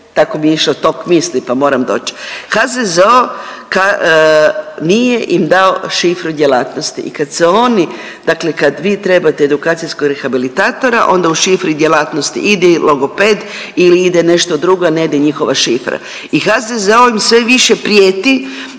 tako mi je išao tok misli, pa moram doć, HZZO nije im dao šifru djelatnosti i kad se oni, dakle kad vi trebate edukacijskog rehabilitatora onda u šifri djelatnosti ide i logoped ili ide nešto drugo, a ne ide njihova šifra i HZZO im sve više prijeti